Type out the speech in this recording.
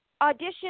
Audition